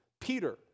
Peter